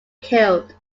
killed